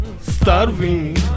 starving